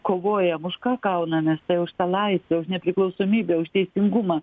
kovojam už ką kaunamės tai už tą laisvę už nepriklausomybę už teisingumą